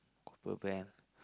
programme